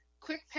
quick